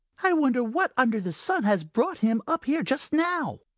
i wonder what under the sun has brought him up here just now.